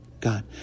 God